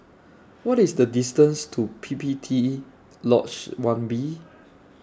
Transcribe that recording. What IS The distance to P P T Lodge one B